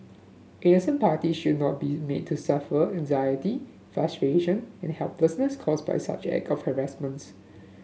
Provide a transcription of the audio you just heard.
innocent party should not be made to suffer anxiety frustration and helplessness caused by such act of harassment